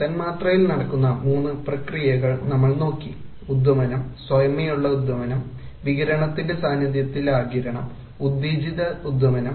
തന്മാത്രയിൽ നടക്കുന്ന മൂന്ന് പ്രക്രിയകൾ നമ്മൾ നോക്കി ഉദ്വമനം സ്വയമേവയുള്ള ഉദ്വമനം വികിരണത്തിന്റെ സാന്നിധ്യത്തിൽ ആഗിരണം ഉത്തേജിത ഉദ്വമനം